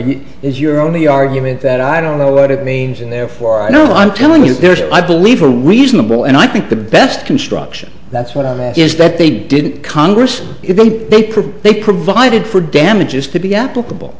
you is your only argument that i don't know what it means and therefore i know i'm telling you i believe are reasonable and i think the best construction that's what i've asked is that they didn't congress if they prove they provided for damages could be applicable